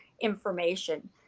information